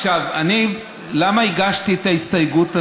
עכשיו, אני, למה הגשתי את ההסתייגות הזאת?